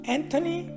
Anthony